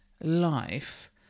life